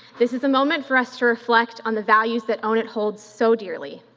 this is a moment for us to reflect on the values that own it holds so dearly,